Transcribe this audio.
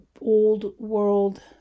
old-world